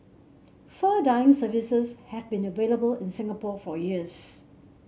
fur dyeing services have been available in Singapore for years